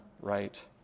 right